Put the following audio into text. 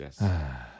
yes